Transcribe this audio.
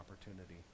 opportunity